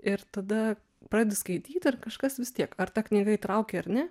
ir tada pradedi skaityt ir kažkas vis tiek ar ta knyga įtraukė ir ne